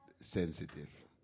sensitive